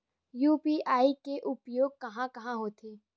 UPI के उपयोग कहां कहा होथे?